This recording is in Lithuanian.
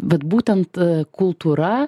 vat būtent kultūra